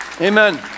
Amen